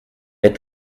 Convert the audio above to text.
est